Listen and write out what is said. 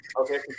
Okay